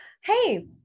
Hey